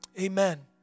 Amen